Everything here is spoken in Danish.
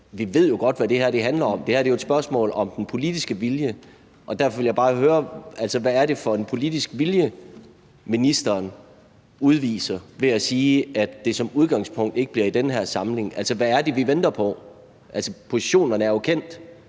vi ved jo godt, hvad det her handler om. Det her er et spørgsmål om den politiske vilje. Derfor vil jeg bare høre: Hvad er det for en politisk vilje, ministeren udviser ved at sige, at det som udgangspunkt ikke bliver i den her samling? Hvad er det, vi venter på? Positionerne er jo kendt.